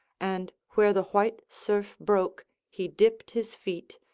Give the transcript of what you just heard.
and where the white surf broke he dipped his feet,